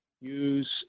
use